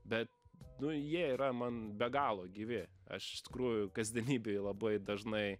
bet nu jie yra man be galo gyvi aš iš tikrųjų kasdienybėj labai dažnai